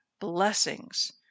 blessings